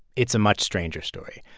it's a much stranger story.